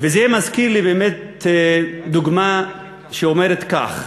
וזה מזכיר לי, באמת, דוגמה שאומרת כך: